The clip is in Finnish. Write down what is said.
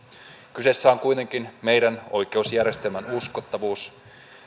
kyseessä on kuitenkin meidän oikeusjärjestelmän uskottavuus